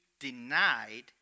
denied